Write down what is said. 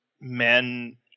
men